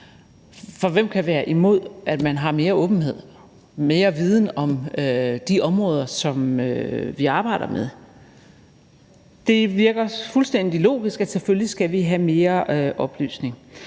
for hvem kan være imod, at man har mere åbenhed og får mere viden om de områder, som vi arbejder med? Det virker fuldstændig logisk, at vi selvfølgelig skal have flere oplysninger.